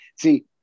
see